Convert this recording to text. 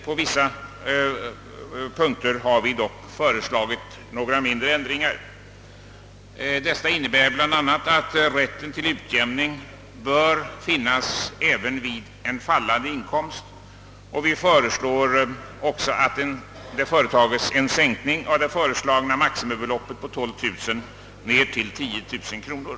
På vissa punkter har vi dock föreslagit några mindre ändringar. Dessa innebär bl.a. att rätten till utjämning bör finnas även vid en fallande inkomst. Vi föreslår även en sänkning av det föreslagna maximibeleppet på 12000 till 10 000 kronor.